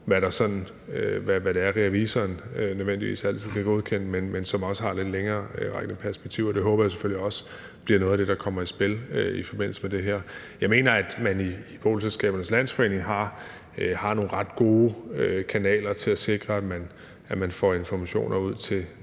hvad det er, revisoren nødvendigvis altid kan godkende, men som også har nogle lidt længererækkende perspektiver. Det håber jeg selvfølgelig også bliver noget af det, der kommer i spil i forbindelse med det her. Jeg mener, at man i boligselskabernes landsforening har nogle ret gode kanaler til at sikre, at man får informationer ud til